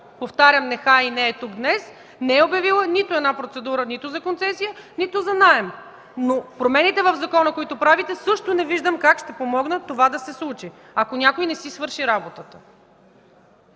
повтарям, която нехае и не е тук днес, не е обявила нито една процедура нито за концесия, нито за наем. Промените в закона, които правите, също не виждам как ще помогнат това да се случи, ако някой не си свърши работата.